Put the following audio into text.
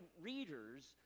readers